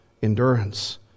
endurance